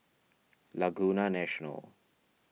Laguna National